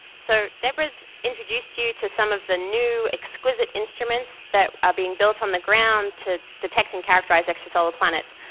so debra has introduced you to some of the new exquisite instruments that are being built on the ground to detect and characterise extrasolar planets.